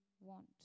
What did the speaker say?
want